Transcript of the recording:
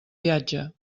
viatge